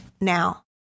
Now